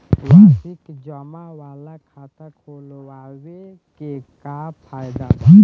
वार्षिकी जमा वाला खाता खोलवावे के का फायदा बा?